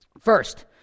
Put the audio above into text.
First